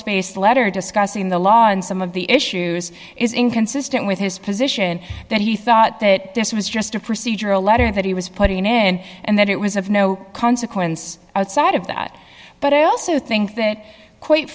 spaced letter discussing the law on some of the issues is inconsistent with his position that he thought that this was just a procedural letter that he was putting in and that it was of no consequence outside of that but i also think that quite